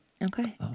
Okay